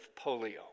polio